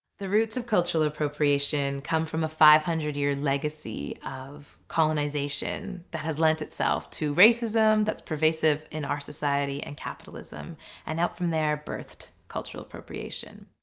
the roots of cultural appropriation come from a five hundred-year legacy of colonization, that has lent itself to racism, that pervasive in our society, and capitalism and out from there birthed cultural appropriation.